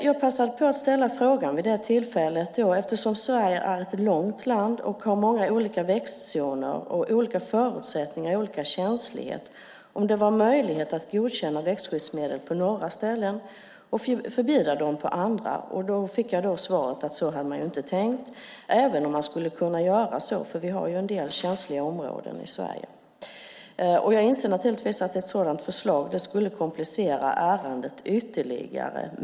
Jag passade vid det tillfället på att ställa frågan, eftersom Sverige är ett långt land som har många olika växtzoner med olika förutsättningar och olika känslighet, om det vore möjligt att godkänna växtskyddsmedel på några ställen och förbjuda dem på andra. Svaret jag fick var att så hade man inte tänkt, även om man skulle kunna göra så. Vi har ju en del känsliga områden i Sverige. Jag inser naturligtvis att ett sådant förslag skulle komplicera ärendet ytterligare.